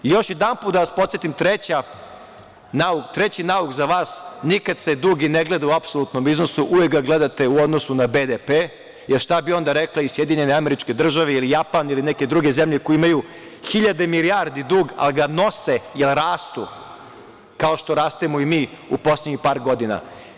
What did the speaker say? Još jedanput da vas podsetim, treći nauk za vas, nikad se dug i ne gleda u apsolutnom iznosu, uvek ga gledate u odnosu na BDP, jer šta bi onda rekle i SAD ili Japan ili neke druge zemlje koje imaju hiljade milijardi dug, ali ga nose jer rastu kao što rastemo i mi u poslednjih par godina.